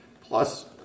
Plus